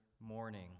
morning